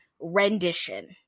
rendition